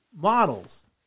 models